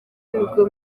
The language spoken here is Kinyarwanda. nibwo